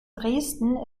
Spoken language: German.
dresden